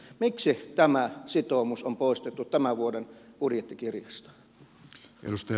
miksi tämä sitoumus on poistettu tämän vuoden budjettikirjasta